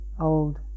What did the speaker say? Old